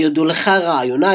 יודו לך רעיוני,